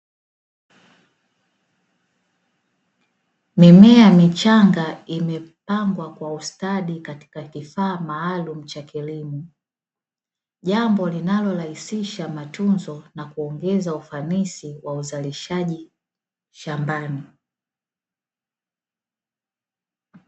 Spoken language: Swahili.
Mimea michanga imepangwa kwa ustadi katika kifaa maalumu cha kilimo, jambo linalorahisisha matunzo na kuongeza ufanisi wa uzalishaji shambani.